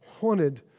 wanted